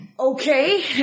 Okay